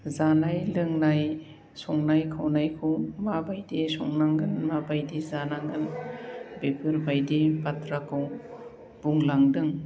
जानाय लोंनाय संनाय खावनायखौ माबायदियै संनांगोन माबायदि जानांगोन बेफोरबायदि बाथ्राखौ बुंलांदों